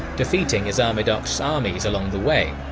defeating azarmidokht's armies along the way.